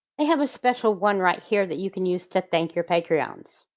they have a special one right here that you can use to thank your patrons.